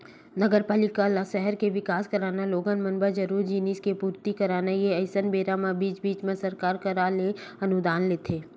नगरपालिका ल सहर के बिकास कराना लोगन मन बर जरूरी जिनिस के पूरति कराना हे अइसन बेरा म बीच बीच म सरकार करा ले अनुदान लेथे